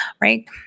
Right